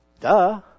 Duh